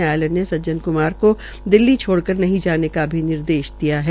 न्यायालय ने सज्जन क्मार को दिल्ली छोड़कर नहीं जाने का भी निर्देश दिया है